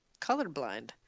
colorblind